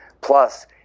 Plus